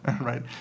right